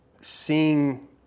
seeing